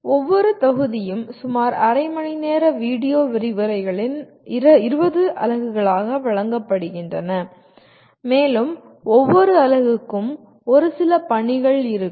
ஒவ்வொரு தொகுதியும் சுமார் அரை மணி நேர வீடியோ விரிவுரைகளின் 20 அலகுகளாக வழங்கப்படுகின்றன மேலும் ஒவ்வொரு அலகுக்கும் ஒரு சில பணிகள் இருக்கும்